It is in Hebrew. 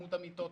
בכמות המיטות,